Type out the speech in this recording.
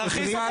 הם אנרכיסטים.